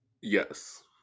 Yes